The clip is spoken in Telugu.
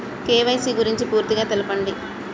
కే.వై.సీ గురించి పూర్తిగా తెలపండి?